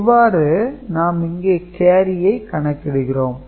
இவ்வாறு நாம் இங்கே கேரியை கணக்கிடுகிறோம்